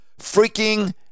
Freaking